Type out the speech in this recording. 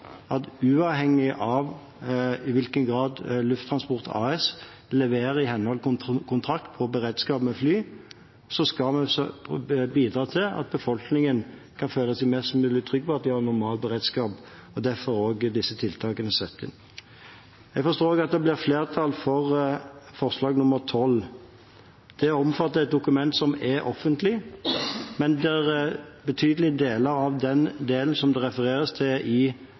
at uavhengig i hvilken grad Lufttransport AS leverer i henhold til kontrakt på beredskap med fly, skal vi bidra til at befolkningen skal føle seg mest mulig trygg på at de har normal beredskap. Derfor er disse tiltakene satt inn. Jeg forstår at det blir flertall for forslag nr. 12. Det omfatter et dokument som er offentlig, men det er betydelige deler av den delen som det refereres til i